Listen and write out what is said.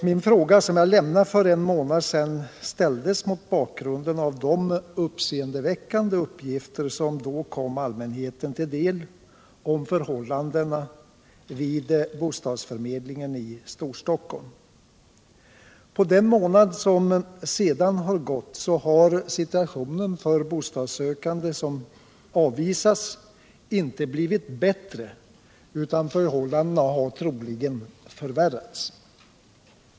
Min fråga som jag framställde för en månad sedan ställdes mot bakgrunden av de uppseendeväckande uppgifter som då kom allmänheten till del om förhållandena vid bostadsförmedlingen i Storstockholm. På den månad som sedan har gått har situationen för bostadssökande som avvisas inte blivit bättre, utan förhållandena har troligen förvärrats.